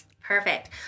Perfect